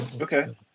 Okay